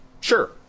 Sure